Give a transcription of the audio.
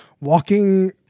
walking